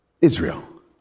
Israel